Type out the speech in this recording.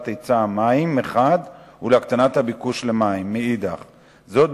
היצע המים מחד גיסא ולהקטנת הביקוש למים מאידך גיסא,